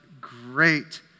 great